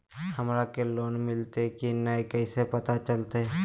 हमरा के लोन मिल्ले की न कैसे पता चलते?